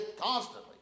constantly